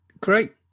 great